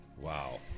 Wow